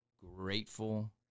grateful